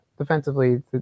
Defensively